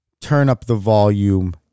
turn-up-the-volume